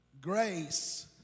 grace